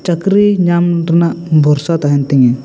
ᱪᱟ ᱠᱨᱤ ᱧᱟᱢ ᱨᱮᱡᱟᱜ ᱵᱚᱨᱥᱟ ᱛᱟᱦᱮᱱ ᱛᱤᱧᱟ